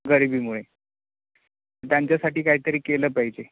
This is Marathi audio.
गरिबीमुळे त्यांच्यासाठी काहीतरी केलं पाहिजे